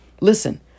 Listen